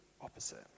opposite